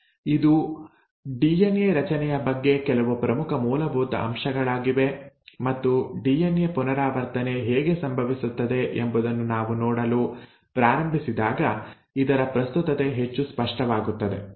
ಇದು ಡಿಎನ್ಎ ರಚನೆಯ ಬಗ್ಗೆ ಕೆಲವು ಪ್ರಮುಖ ಮೂಲಭೂತ ಅಂಶಗಳಾಗಿವೆ ಮತ್ತು ಡಿಎನ್ಎ ಪುನರಾವರ್ತನೆ ಹೇಗೆ ಸಂಭವಿಸುತ್ತದೆ ಎಂಬುದನ್ನು ನಾವು ನೋಡಲು ಪ್ರಾರಂಭಿಸಿದಾಗ ಇದರ ಪ್ರಸ್ತುತತೆ ಹೆಚ್ಚು ಸ್ಪಷ್ಟವಾಗುತ್ತದೆ